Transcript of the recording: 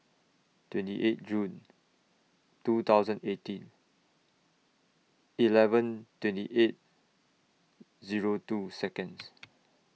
twenty eight June two thousand eighteen eleven twenty eight Zero two Seconds